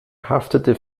haftete